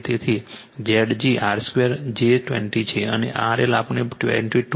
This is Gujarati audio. તેથીZg 10 2 j 20 છે અને RL આપણને 22